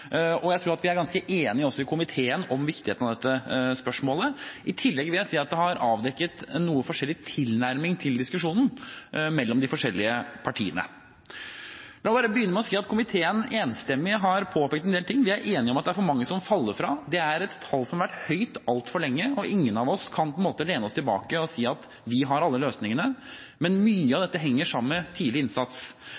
tror at vi også i komiteen er ganske enige om viktigheten av dette spørsmålet. I tillegg vil jeg si at det er avdekket en noe forskjellig tilnærming til diskusjonen mellom de forskjellige partiene. La meg bare begynne med å si at komiteen enstemmig har påpekt en del ting. Vi er enige om at det er for mange som faller fra. Det er et tall som har vært høyt altfor lenge, og ingen av oss kan lene oss tilbake og si at vi har alle løsningene. Men mye av dette henger sammen med tidlig innsats.